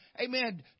Amen